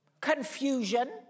confusion